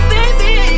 Baby